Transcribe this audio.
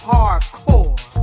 Hardcore